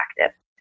active